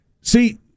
See